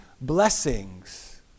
blessings